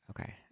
okay